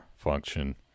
Function